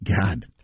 God